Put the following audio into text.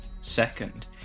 Second